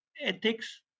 ethics